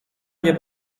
nie